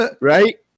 right